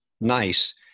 nice